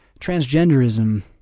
transgenderism